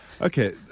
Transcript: Okay